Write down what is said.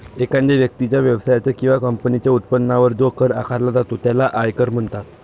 एखाद्या व्यक्तीच्या, व्यवसायाच्या किंवा कंपनीच्या उत्पन्नावर जो कर आकारला जातो त्याला आयकर म्हणतात